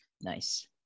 Nice